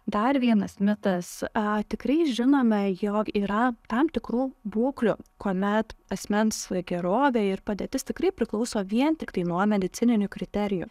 dar vienas mitas a tikrai žinome jog yra tam tikrų būklių kuomet asmens gerovė ir padėtis tikrai priklauso vien tiktai nuo medicininių kriterijų